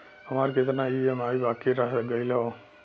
हमार कितना ई ई.एम.आई बाकी रह गइल हौ?